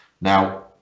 Now